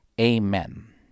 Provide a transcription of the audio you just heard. Amen